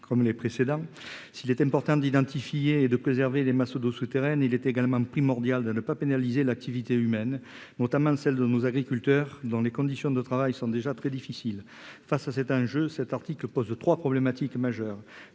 n° 511 rectifié. S'il est important d'identifier et de préserver les masses d'eau souterraines, il est également primordial de ne pas pénaliser l'activité humaine, notamment celle de nos agriculteurs, dont les conditions de travail sont déjà très difficiles. Face à cet enjeu, cet article pose trois problématiques majeures.